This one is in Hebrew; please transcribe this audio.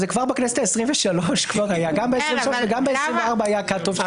אבל כבר בכנסת העשרים ושלוש וגם בכנסת העשרים וארבע היה cut off.